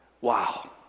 wow